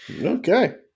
Okay